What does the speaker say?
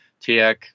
TX